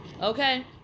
Okay